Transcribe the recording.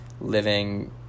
living